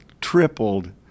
tripled